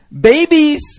babies